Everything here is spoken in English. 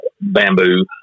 bamboo